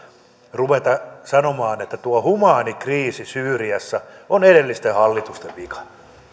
ruveta sanomaan että tuo humaani kriisi syyriassa on edellisten hallitusten vika